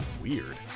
weird